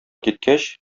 киткәч